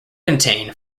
contain